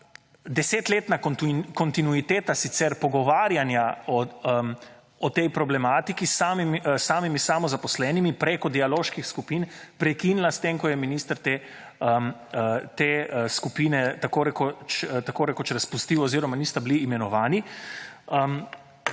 desetletna kontinuiteta sicer pogovarjanja o tej problematiki s samimi samozaposlenimi preko dialoških skupin, prekinila, s tem, ko je minister te skupine tako rekoč razpustil oziroma nista bili imenovani